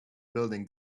building